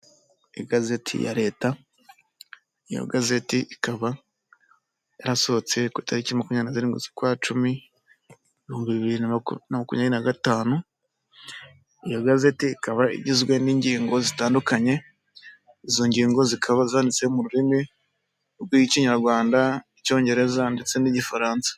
Igazeti ya leta, iyo gazeti ikaba yarasohotse ku itariki makumyabiri na zirindwu z'ukwacumi mu bihumbi bibiri na makumyabiri na gatanu, iyo gazeti ikaba igizwe n'ingingo zitandukanye izo ngingo zikaba zanditse mu rurimi rw'ikinyarwanda, icyongereza ndetse n' igifaransa